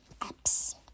apps